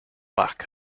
back